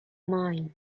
mind